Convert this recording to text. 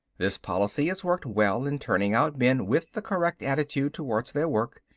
this policy has worked well in turning out men with the correct attitude towards their work.